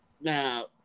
now